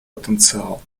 потенциал